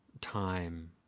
time